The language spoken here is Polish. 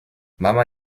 mama